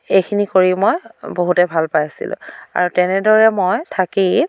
এইখিনি কৰি মই বহুতেই ভাল পাইছিলোঁ আৰু তেনেদৰে মই থাকি